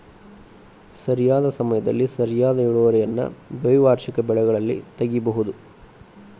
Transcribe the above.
ಸರಿಯಾದ ಸಮಯದಲ್ಲಿ ಸರಿಯಾದ ಇಳುವರಿಯನ್ನು ದ್ವೈವಾರ್ಷಿಕ ಬೆಳೆಗಳಲ್ಲಿ ತಗಿಬಹುದು